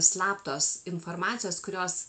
slaptos informacijos kurios